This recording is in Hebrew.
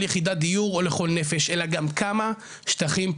יחידת דיור או לכל נפש אלא גם כמה שטחים פתוחים,